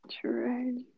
True